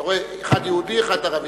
אתה רואה: אחד יהודי, אחד ערבי.